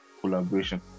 collaboration